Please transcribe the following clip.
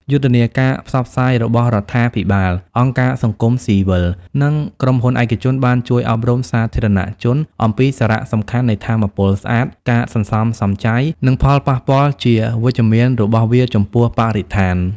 យុទ្ធនាការផ្សព្វផ្សាយរបស់រដ្ឋាភិបាល អង្គការសង្គមស៊ីវិល និងក្រុមហ៊ុនឯកជនបានជួយអប់រំសាធារណជនអំពីសារៈសំខាន់នៃថាមពលស្អាត ការសន្សំសំចៃ និងផលប៉ះពាល់ជាវិជ្ជមានរបស់វាចំពោះបរិស្ថាន។